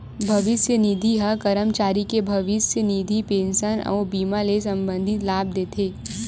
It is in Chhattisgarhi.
भविस्य निधि ह करमचारी के भविस्य निधि, पेंसन अउ बीमा ले संबंधित लाभ देथे